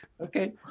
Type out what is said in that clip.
Okay